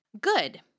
Good